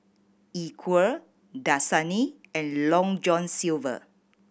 Equal Dasani and Long John Silver